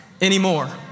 anymore